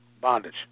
bondage